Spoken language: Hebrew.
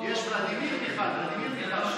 יש ולדימיר אחד, לא,